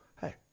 hey